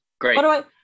great